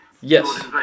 Yes